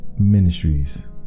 ministries